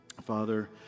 Father